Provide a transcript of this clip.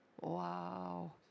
Wow